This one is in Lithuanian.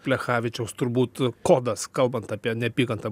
plechavičiaus turbūt kodas kalbant apie neapykantą